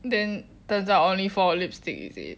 then turns out only for lipstick is it